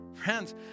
Friends